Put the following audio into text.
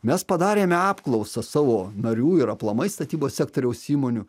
mes padarėme apklausą savo narių ir aplamai statybos sektoriaus įmonių